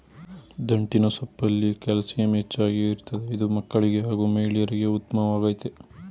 ದಂಟಿನ ಸೊಪ್ಪಲ್ಲಿ ಕ್ಯಾಲ್ಸಿಯಂ ಹೆಚ್ಚಾಗಿ ಇರ್ತದೆ ಇದು ಮಕ್ಕಳಿಗೆ ಹಾಗೂ ಮಹಿಳೆಯರಿಗೆ ಉತ್ಮವಾಗಯ್ತೆ